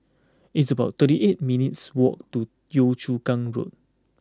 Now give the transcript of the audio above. it's about thirty eight minutes walk to Yio Chu Kang Road